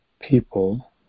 people